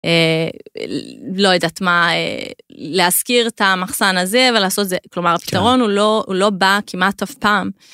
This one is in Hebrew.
לא יודעת מה להזכיר את המחסן הזה ולעשות את זה כלומר הפתרון הוא לא הוא לא בא כמעט אף פעם.